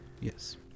Yes